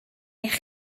eich